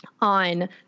on